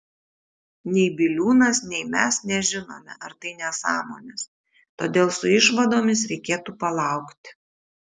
nei biliūnas nei mes nežinome ar tai nesąmonės todėl su išvadomis reikėtų palaukti